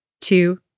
two